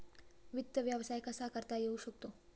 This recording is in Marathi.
वित्त व्यवसाय कसा करता येऊ शकतो?